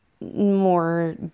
more